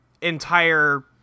entire